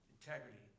Integrity